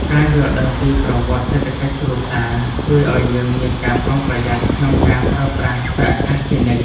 ការយល់ដឹងពីប្រវត្តិសេដ្ឋកិច្ចគ្រួសារជួយឱ្យយើងមានការប្រុងប្រយ័ត្នក្នុងការប្រើប្រាស់ប្រាក់កាសជានិច្ច។